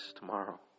tomorrow